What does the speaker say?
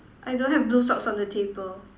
I don't have blue socks on the table